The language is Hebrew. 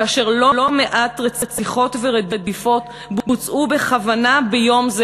כאשר לא מעט רציחות ורדיפות בוצעו בכוונה ביום זה,